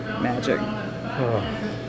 Magic